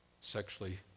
sexually